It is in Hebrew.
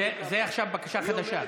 זאת עכשיו בקשה חדשה.